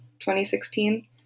2016